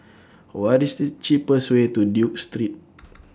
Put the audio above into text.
What IS The cheapest Way to Duke Street